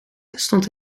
stond